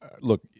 look